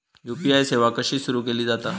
UPI सेवा कशी सुरू केली जाता?